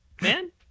Man